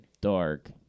dark